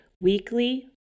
weekly